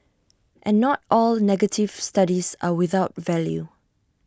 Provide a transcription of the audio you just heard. and not all negative studies are without value